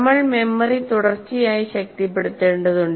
നമ്മൾ മെമ്മറി തുടർച്ചയായി ശക്തിപ്പെടുത്തേണ്ടതുണ്ട്